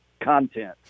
content